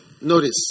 Notice